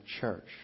church